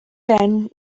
ben